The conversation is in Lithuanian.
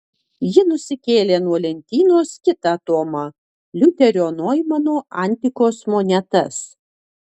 ji nusikėlė nuo lentynos kitą tomą liuterio noimano antikos monetas